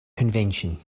convention